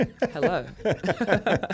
Hello